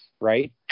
right